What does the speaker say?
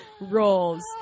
roles